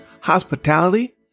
Hospitality